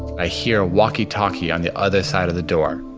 i hear a walkie-talkie on the other side of the door,